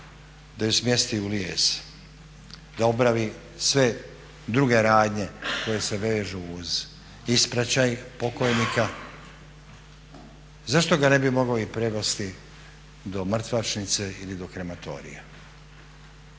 da ju smjesti u lijes, da obavi sve druge radnje koje se vežu uz ispraćaj pokojnika zašto ga ne bi mogli i prevesti do mrtvačnice ili do krematorija?